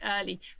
early